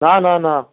না না না